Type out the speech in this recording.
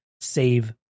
save